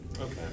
Okay